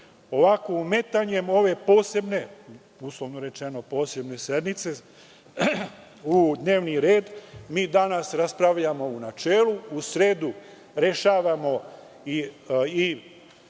Ovako, umetanjem ove, uslovno rečeno, posebne sednice u dnevni red, mi danas raspravljamo u načelu, u sredu rešavamo i